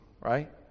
right